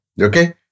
Okay